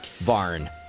barn